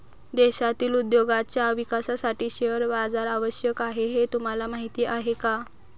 देशातील उद्योगांच्या विकासासाठी शेअर बाजार आवश्यक आहे हे तुम्हाला माहीत आहे का?